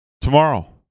Tomorrow